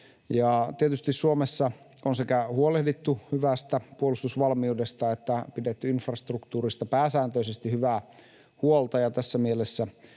Tietysti Suomessa on sekä huolehdittu hyvästä puolustusvalmiudesta että pidetty infrastruktuurista pääsääntöisesti hyvää huolta,